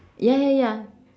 ya ya ya